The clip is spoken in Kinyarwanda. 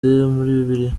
bibiliya